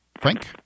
Frank